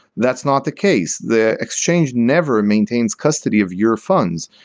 that's not the case. the exchange never maintains custody of your funds.